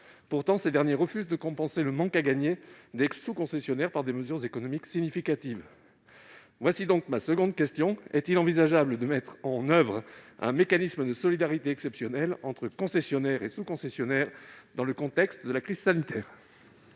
Pourtant, ces derniers refusent de compenser le manque à gagner des sous-concessionnaires par des mesures économiques significatives. Voici donc ma seconde question : est-il envisageable d'instaurer un mécanisme de solidarité exceptionnel entre concessionnaires et sous-concessionnaires, dans le contexte de la crise sanitaire ?